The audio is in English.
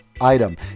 item